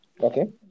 Okay